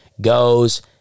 goes